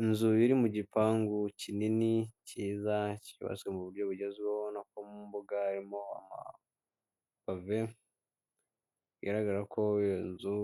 Inzu iri mugipangu kinini kiza cyubatswe muburyo bugezweho ubona ko mumbuga harimo amapave bigaragara ko iyonzu